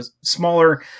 smaller